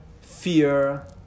fear